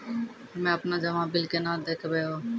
हम्मे आपनौ जमा बिल केना देखबैओ?